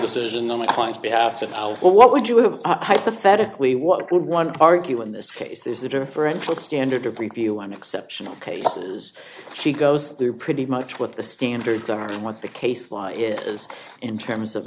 decision on my client's behalf to what would you have hypothetically what would one argue in this case is the differential standard of review on exceptional cases she goes through pretty much what the standards are what the case law is in terms of